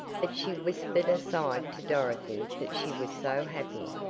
but she whispered aside to dorothy that she was so happy,